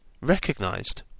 recognised